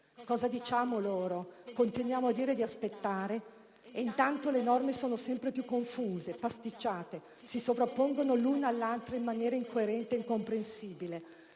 Cosa diciamo loro? Continuiamo a dire di aspettare? E intanto le norme sono sempre più confuse, pasticciate, si sovrappongono le une alle altre in maniera incoerente e incomprensibile.